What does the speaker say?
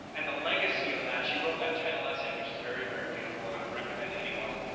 and the legacy of that. she wrote that title essay, which is very, very beautiful and i would recommend anyone.